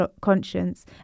conscience